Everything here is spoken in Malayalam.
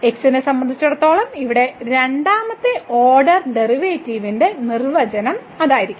x നെ സംബന്ധിച്ചിടത്തോളം ഇവിടെ രണ്ടാമത്തെ ഓർഡർ ഡെറിവേറ്റീവിന്റെ നിർവചനം അതായിരിക്കും